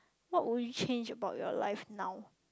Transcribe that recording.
what would you change about your life now